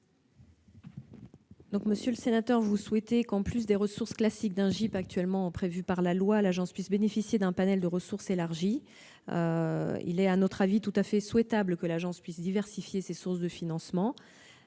Monsieur le sénateur, vous souhaitez que, au-delà des ressources classiques actuellement prévues par la loi pour un GIP, l'agence puisse bénéficier d'un panel de ressources élargies. Il est à notre avis tout à fait souhaitable que l'ANS puisse diversifier ses sources de financement.